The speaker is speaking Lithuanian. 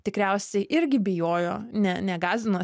tikriausiai irgi bijojo ne negąsdino